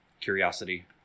Curiosity